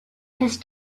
his